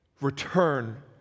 return